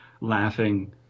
laughing